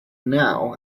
now